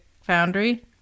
Foundry